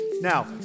Now